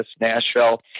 Nashville